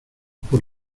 por